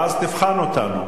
ואז תבחן אותנו.